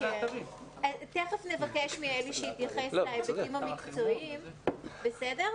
תיכף נבקש מאלי שיתייחס להיבטים המקצועיים, בסדר?